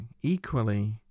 equally